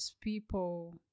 people